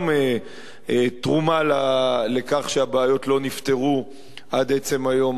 תרומה לכך שהבעיות לא נפתרו עד עצם היום הזה.